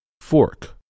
fork